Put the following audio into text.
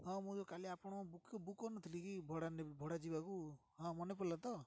ହଁ ମୁଁ ଯେଉଁ କାଲି ଆପଣ ବୁକ୍ ବୁକ୍ କରିନଥିଲି କି ଭଡ଼ା ଭଡ଼ା ଯିବାକୁ ହଁ ମନେ ପଡ଼ିଲା ତ